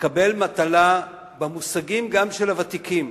שמקבל מטלה, גם במושגים של הוותיקים,